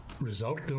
result